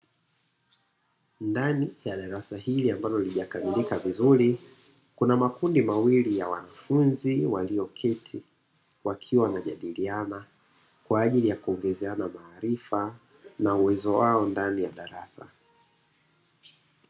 Ndani ya darasa hili ambalo halijakamilika vizuri kuna makundi mawili ya wanafunzi walioketi wakiwa wanajadiliana kwaajili ya kuongezeana maarifa na uwezo wao ndani ya darasa.